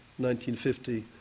1950